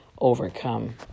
overcome